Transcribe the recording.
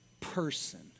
person